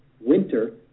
winter